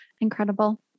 Incredible